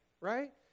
right